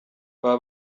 baba